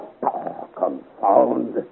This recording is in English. Confound